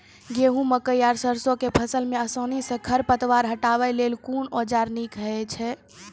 गेहूँ, मकई आर सरसो के फसल मे आसानी सॅ खर पतवार हटावै लेल कून औजार नीक है छै?